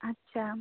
আচ্ছা